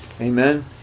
Amen